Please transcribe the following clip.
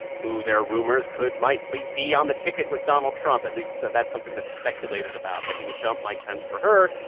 who there are rumors could might might be on the ticket with donald trump, at least so that's something that's speculated about that he would dump mike pence for her,